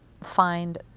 find